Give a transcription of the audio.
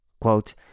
Quote